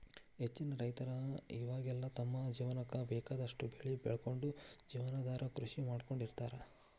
ಹೆಚ್ಚಿನ ರೈತರ ಇವಾಗೆಲ್ಲ ತಮ್ಮ ಜೇವನಕ್ಕ ಬೇಕಾದಷ್ಟ್ ಬೆಳಿ ಬೆಳಕೊಂಡು ಜೇವನಾಧಾರ ಕೃಷಿ ಮಾಡ್ಕೊಂಡ್ ಇರ್ತಾರ